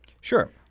Sure